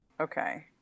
Okay